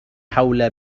حول